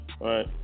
right